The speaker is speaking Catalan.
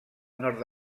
nord